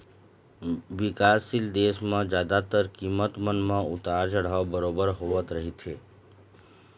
बिकासशील देश म जादातर कीमत मन म उतार चढ़ाव बरोबर होवत रहिथे